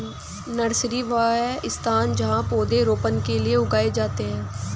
nursery, वह स्थान जहाँ पौधे रोपने के लिए उगाए जाते हैं